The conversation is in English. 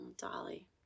Dolly